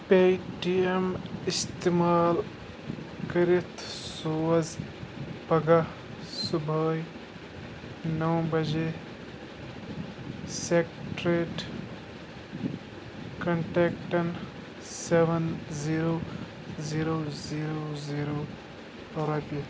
پے T M اِستعمال کٔرِتھ سوز پَگاہ صُبحٲے نَو بجے سٮ۪کٹرٛیٹ کَنٹٮ۪کٹَن seven zero zero zero zero رۄپیہِ